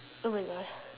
oh my god